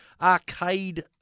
arcade